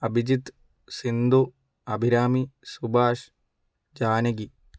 Abhijith Sindhu Abhirami Subash Janaki